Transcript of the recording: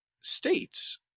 states